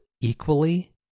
equally